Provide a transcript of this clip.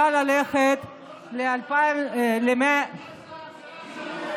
מה זה בד"ץ מלינובסקי,